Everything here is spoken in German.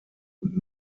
und